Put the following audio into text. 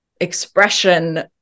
expression